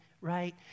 right